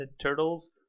turtles